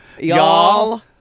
Y'all